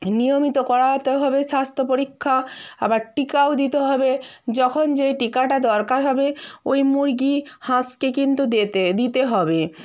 নিয়মিত করাতে হবে স্বাস্থ্য পরীক্ষা আবার টিকাও দিতে হবে যখন যেই টিকাটা দরকার হবে ওই মুরগি হাঁসকে কিন্তু দিতে হবে